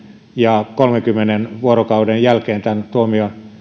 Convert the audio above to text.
ja kolmenkymmenen vuorokauden jälkeen tämän tuomion